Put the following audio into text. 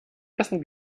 wessen